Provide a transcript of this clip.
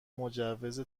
مجوز